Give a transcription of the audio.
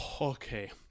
Okay